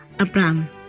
Abraham